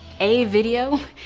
a video,